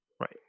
Right